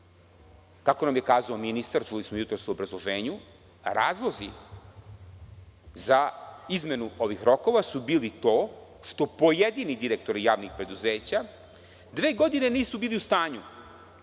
Kako nam je kazao ministar, čuli smo jutros u obrazloženju, razlozi za izmenu ovih rokova su bili to što pojedini direktori javnih preduzeća dve godine nisu bili u stanju